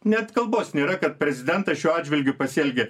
net kalbos nėra kad prezidentas šiuo atžvilgiu pasielgė